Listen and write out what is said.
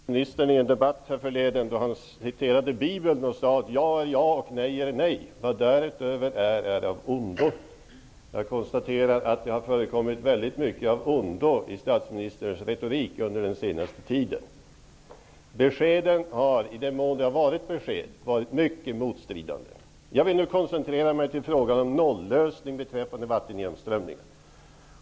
Fru talman! Jag lyssnade till statsministern i en debatt härförleden då han citerade Bibeln och sade: Ja är ja, och nej är nej, och vad därutöver är är av ondo. Jag konstaterar att det har förekommit väldigt mycket av ondo i statsministerns retorik under den senaste tiden. Beskeden har, i den mån de har varit besked, varit mycket motstridande. Jag vill nu koncentrerar mig på frågan om en nollösning beträffande vattengenomströmningen.